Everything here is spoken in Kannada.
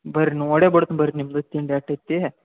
ಬರ್ರಿ ನೋಡೇ ಬಿಡ್ತ್ನ್ ಬನ್ರಿ ನಿಮ್ಮದು ಎಷ್ಟ್ ಐತಿ